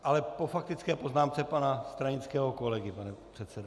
Ale po faktické poznámce pana stranického kolegy, pane předsedo.